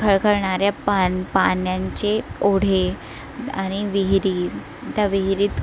खळखळणाऱ्या पान पाण्याचे ओढे आणि विहिरी त्या विहिरीत